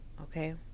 Okay